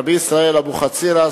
רבי ישראל אבוחצירא,